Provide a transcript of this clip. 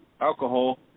alcohol